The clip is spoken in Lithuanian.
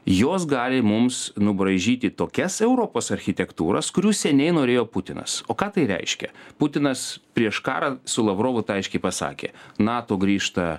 jos gali mums nubraižyti tokias europos architektūras kurių seniai norėjo putinas o ką tai reiškia putinas prieš karą su lavrovu tą aiškiai pasakė nato grįžta